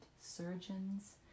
surgeons